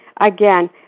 again